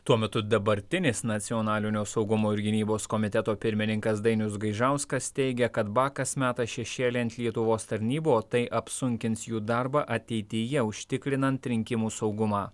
tuo metu dabartinis nacionalinio saugumo ir gynybos komiteto pirmininkas dainius gaižauskas teigia kad bakas meta šešėlį ant lietuvos tarnybų o tai apsunkins jų darbą ateityje užtikrinant rinkimų saugumą